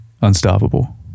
Unstoppable